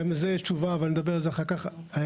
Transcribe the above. פתרונות דיגיטליים גם לזה יש תשובה ונדבר על כך בהמשך.